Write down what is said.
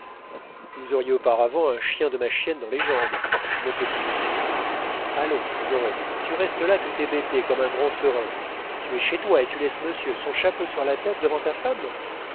vous auriez auparavant un chien de ma chienne dans les jambes mon petit monsieur allons minoret tu restes là tout hébété comme un grand serin tu es chez toi et tu laisses monsieur son chapeau sur la tête devant ta femme